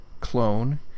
clone